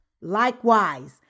Likewise